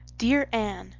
dear anne,